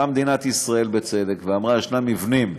באה מדינת ישראל, בצדק, ואמרה: יש מבנים,